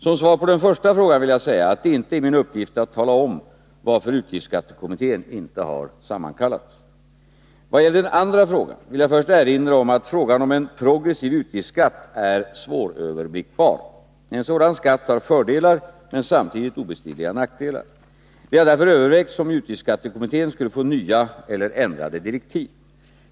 Som svar på den första frågan vill jag säga att det inte är min uppgift att tala om varför utgiftsskattekommittén inte har sammankallats. Vad gäller den andra frågan vill jag först erinra om att frågan om en progressiv utgiftsskatt är svåröverblickbar. En sådan skatt har fördelar men samtidigt obestridliga nackdelar. Det har därför övervägts om utgiftsskattekommittén skulle få nya eller ändrade direktiv.